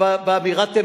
ולא הנהגים,